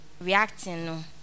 reacting